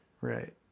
Right